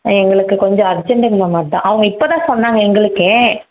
எங்களுக்கு கொஞ்சம் அர்ஜெண்டுங்கம்மா டா அவங்க இப்போ தான் சொன்னாங்க எங்களுக்கே